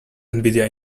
nvidia